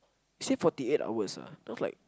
say forty eight hours sounds like